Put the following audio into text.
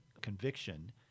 conviction